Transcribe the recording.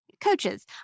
coaches